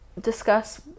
discuss